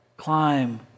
Climb